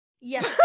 Yes